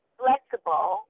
flexible